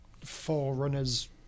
forerunners